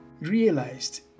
realized